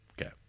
Okay